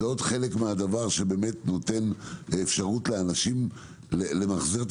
זה עוד חלק ממה שנותן אפשרות לאנשים למחזר את